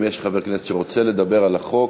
אם יש חבר כנסת שרוצה לדבר על החוק,